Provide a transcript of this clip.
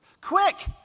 quick